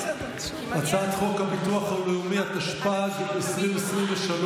הצעת חוק הביטוח הלאומי, התשפ"ג 2023,